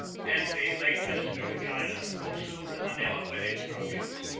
denby, late minister to china, go soon to manila with instructions.